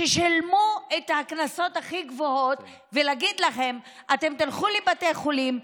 ששילמו את הקנסות הכי גבוהים ולהגיד להם: אתם תלכו לבתי חולים,